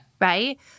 Right